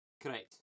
Correct